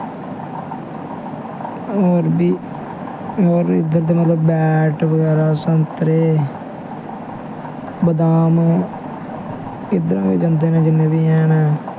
होर बी इद्धर मतलब बैंट बगैरा सैंतरे बदाम इद्धरा गै जंदे न जम्मू बी हैन न